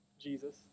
Jesus